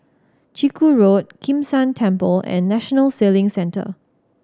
Chiku Road Kim San Temple and National Sailing Centre